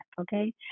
okay